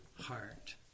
heart